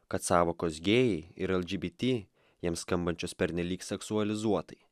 kad sąvokos gėjai ir lgbt jiems skambančios pernelyg seksualizuotai